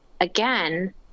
again